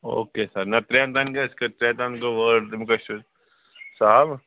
او کے سَر نہٕ ترٛیَن تام گَژھِ ترٛے تام گوٚو وٲرڑ تِم کٔژ چھِ سُہ آوٕ